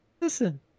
listen